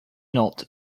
not